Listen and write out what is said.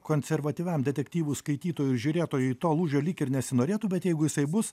konservatyviam detektyvų skaitytojui žiūrėtojui to lūžio lyg ir nesinorėtų bet jeigu jisai bus